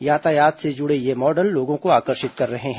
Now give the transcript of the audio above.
यातायात से जुड़े ये मॉडल लोगों को आकर्षित कर रहे हैं